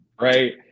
right